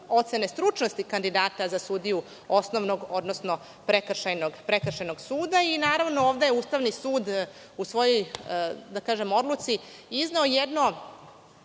ocene stručnosti kandidata za sudiju osnovnog, odnosno prekršajnog suda. Naravno, ovde je Ustavni sud u svojoj, da kažem, odluci, izneo jedno